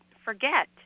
forget